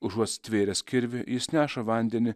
užuot stvėręs kirvį jis neša vandenį